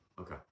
Okay